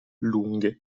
lunghe